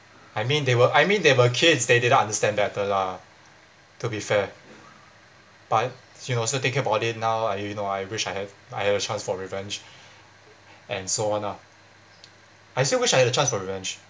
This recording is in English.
I mean they were I mean they were kids they didn't understand better lah to be fair but you know also thinking about it now I you know I wish I have I had a chance for revenge and so on ah I still wish I had the chance for revenge